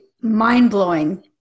mind-blowing